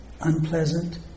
unpleasant